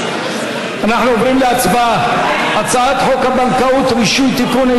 אנחנו עוברים להצבעה על הצעת חוק הבנקאות (רישוי) (תיקון,